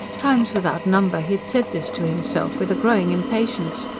times without number he had said this to himself, with a growing impatience.